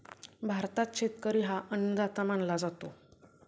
भारतात शेतकरी हा अन्नदाता मानला जातो